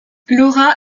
laura